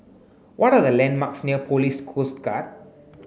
what are the landmarks near Police Coast Guard